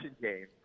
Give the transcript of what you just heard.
game